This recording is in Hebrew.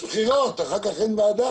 יש בחירות, אחר כך אין ועדה.